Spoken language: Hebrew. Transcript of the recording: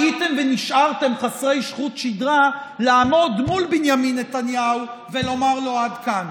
הייתם ונשארתם חסרי חוט שדרה לעמוד מול בנימין נתניהו ולומר לו: עד כאן.